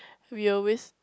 we always